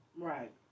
Right